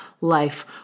life